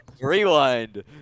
Rewind